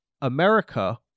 America